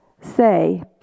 say